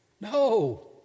no